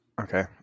Okay